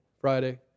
Friday